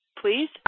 Please